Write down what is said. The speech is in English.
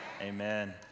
Amen